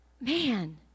man